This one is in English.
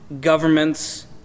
governments